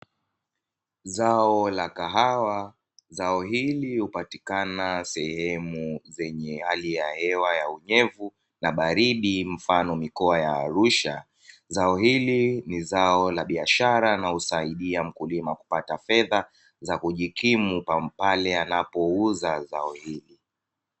Zao la kahawa zao hili hupatikana sehemu zenye hali ya hewa ya unyevu na baridi mfano mikoa ya Arusha, zao hili ni zao la biashara na husaidia mkulima kupata fedha za kujikimu pale anapouza zao hili.